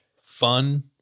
fun